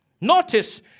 Notice